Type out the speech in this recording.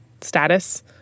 status